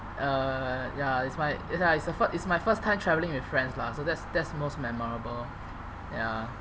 uh ya it's my it's like fir~ it's my first time travelling with friends lah so that's that's most memorable ya